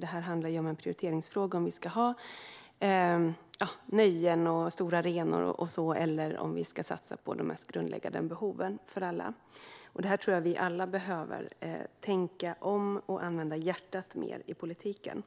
Det är en prioriteringsfråga om vi ska ha nöjen, stora arenor och så vidare eller om vi ska satsa på de mest grundläggande behoven för alla. Här tror jag att vi alla behöver tänka om och använda hjärtat mer i politiken.